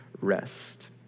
rest